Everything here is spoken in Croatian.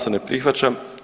se ne prihvaća.